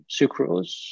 sucrose